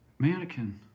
mannequin